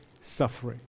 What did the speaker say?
suffering